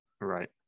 right